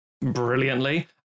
brilliantly